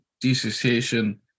dissociation